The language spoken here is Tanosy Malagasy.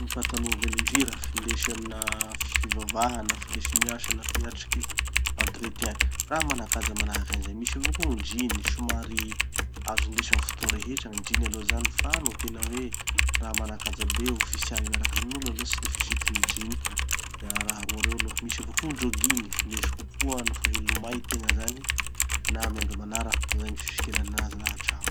Gny pataloha velon-drira findesy amina fivavaha na findesy miasa na hiatriky entretien; raha mana-kaja manahaky anizay. Misy avao koa gny jeans somary, azo indesy amy fotoa rehetra gny jeans aloha zany fa no tena hoe raha mana-kaja be, ofisialy miaraky amin'olo aloha tsy de fisiky gny jeans. Da raha roa reo aloha. Misy avao koa gny jogging, findesy kokoa nofa hilomay tegna zany, na amy andro manara, zay gny fisikina anazy, na antragno.